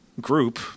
group